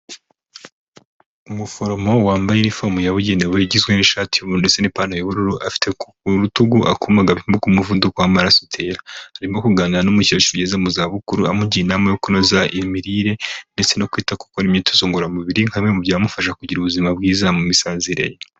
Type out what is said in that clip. Umuforomo wambaye inifomo yabugenewe, igizwe n'ishati y' ubururu ndetse n'ipantalo y'ubururu, afite k' urutugu akuma gapima uko umuvuduko w'amaraso utera. Arimo kuganira n'umukecuru ugeze mu za bukuru, amugira inama yo kunoza imirire ndetse no kwita gukora imyitozo ngororamubiri nka we, mu byamufasha kugira ubuzima bwiza mu misazire ye.